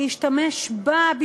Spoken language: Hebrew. להשתמש בה,